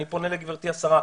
אני פונה לגברתי השרה,